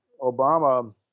Obama